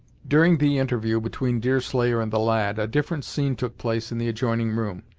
during the interview between deerslayer and the lad, a different scene took place in the adjoining room.